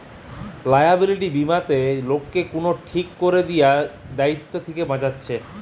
liability বীমাতে লোককে কুনো ঠিক কোরে দিয়া দায়িত্ব থিকে বাঁচাচ্ছে